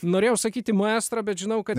norėjau sakyti maestro bet žinau kad